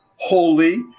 Holy